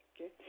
okay